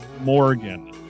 Morgan